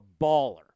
baller